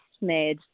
made